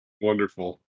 wonderful